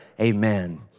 amen